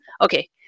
Okay